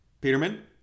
Peterman